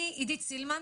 אני עידית סילמן,